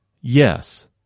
Yes